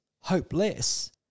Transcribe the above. hopeless